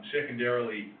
Secondarily